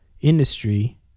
industry